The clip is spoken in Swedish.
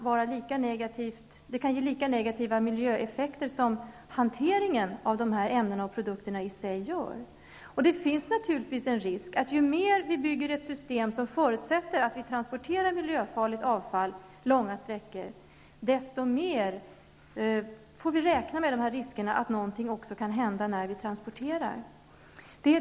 Detta kan ge lika negativa miljöeffekter som hanteringen i sig medför. Det finns naturligtvis en risk för att ju mer man bygger ett system som förutsätter transport av miljöfarligt avfall långa sträckor, desto större är risken att någonting kan hända under transporten.